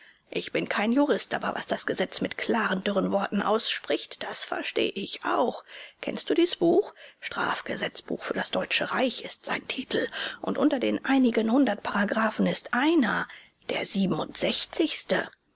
ich bin kein jurist aber was das gesetz mit klaren dürren worten ausspricht das verstehe ich auch kennst du dies buch strafgesetzbuch für das deutsche reich ist sein titel und unter den einigen hundert paragraphen ist einer der siebenundsechzigste